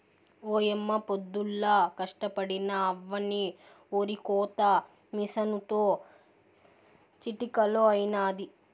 ఓయమ్మ పొద్దుల్లా కష్టపడినా అవ్వని ఒరికోత మిసనుతో చిటికలో అయినాది